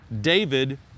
David